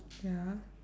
ya